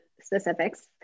specifics